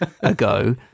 ago